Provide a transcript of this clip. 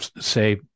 say